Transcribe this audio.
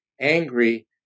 angry